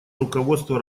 руководство